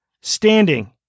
Standing